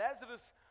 Lazarus